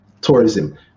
tourism